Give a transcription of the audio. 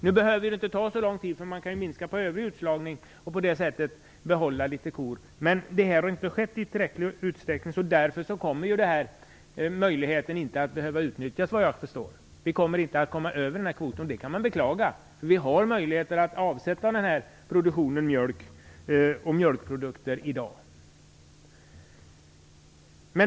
Nu behöver det inte ta så lång tid, eftersom man kan minska på övrig utslagning och på det sättet behålla litet kor. Men detta har inte skett i tillräcklig utsträckning. Därför kommer, såvitt jag förstår, denna möjlighet inte att behöva utnyttjas. Man kommer inte att komma över denna kvot, vilket man kan beklaga, eftersom vi har möjlighet att avsätta den här produktionen av mjölk och mjölkprodukter i dag.